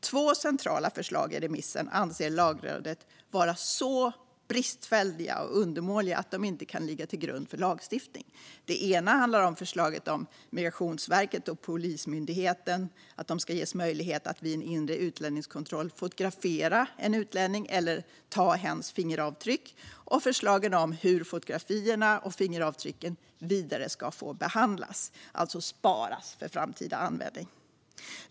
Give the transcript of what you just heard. Två centrala förslag i remissen anser Lagrådet vara så bristfälliga och undermåliga att de inte kan ligga till grund för lagstiftning. Det handlar om förslaget att Migrationsverket och Polismyndigheten ska ges möjlighet att vid en inre utlänningskontroll fotografera en utlänning eller ta hens fingeravtryck och om förslaget om hur fotografierna och fingeravtrycken vidare ska få behandlas, alltså sparas för framtida användning.